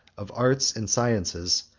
of arts and sciences,